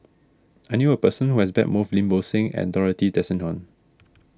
I knew a person who has met both Lim Bo Seng and Dorothy Tessensohn